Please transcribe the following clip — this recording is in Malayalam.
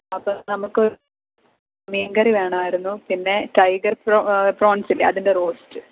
അപ്പം നമുക്ക് മീൻ കറി വേണമായിരുന്നു പിന്നെ ടൈഗർ പ്രോ പ്രോൺസ് ഇല്ലേ അതിൻ്റെ റോസ്റ്റ്